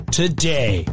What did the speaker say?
today